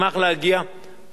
כמובן בהתאם לתקנון,